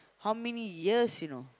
how many years you know